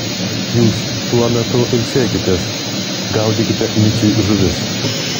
jūs tuo metu ilsėkitės gaudykite miciui žuvis